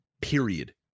period